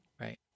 Right